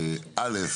א.